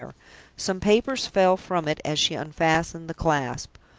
some papers fell from it as she unfastened the clasp.